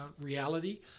reality